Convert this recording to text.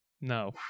No